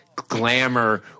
Glamour